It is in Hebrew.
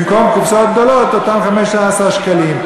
במקום בקופסאות גדולות באותם 15 שקלים.